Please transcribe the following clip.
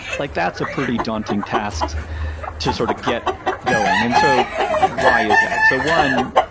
like that's a pretty daunting task to sort of get going. and so why is that? so one,